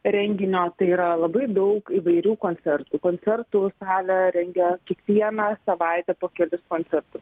renginio tai yra labai daug įvairių koncertų koncertų salė rengia kiekvieną savaitę po kelis koncertus